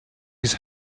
his